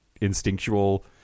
instinctual